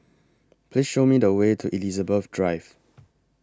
Please Show Me The Way to Elizabeth Drive